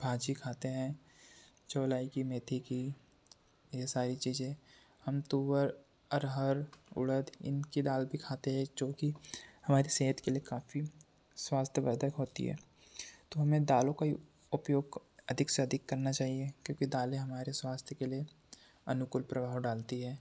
भाजी खाते हैं चौलाई की मेथी की यह सारी चीज़ें हम तुअर अरहर उड़द इनकी दाल भी खाते हैं जो कि हमारी सेहत के लिए काफ़ी स्वास्थवर्धक होती है तो हमें दालों का उपयोग अधिक से अधिक करना चाहिए क्योंकि दालें हमारे स्वास्थय के लिए अनुकूल प्रभाव डालती है